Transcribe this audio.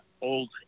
old